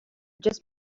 just